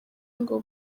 ngo